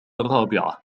الرابعة